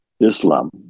Islam